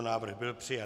Návrh byl přijat.